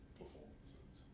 performances